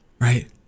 Right